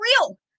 real